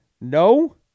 no